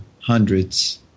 hundreds